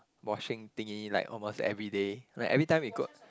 washing thingy like almost everyday like every time we go